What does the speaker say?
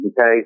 Okay